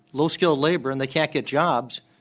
low-skilled labor, and they can't get jobs,